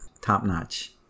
top-notch